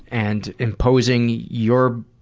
and imposing your